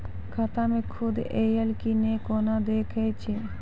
खाता मे सूद एलय की ने कोना देखय छै?